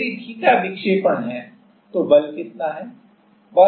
यदि थीटा विक्षेपण है तो बल कितना है